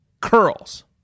curls